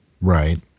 Right